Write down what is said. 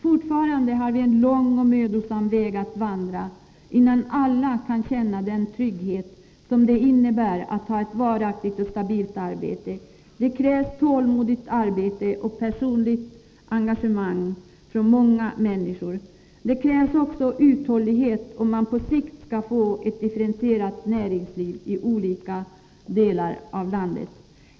Fortfarande har vi en lång och mödosam väg att vandra innan alla kan känna den trygghet som det innebär att ha ett varaktigt och stabilt arbete. Det krävs ett tålmodigt arbete och personligt engagemang från många människor. Det krävs också uthållighet, om man på sikt skall få ett differentierat näringsliv i olika delar av landet.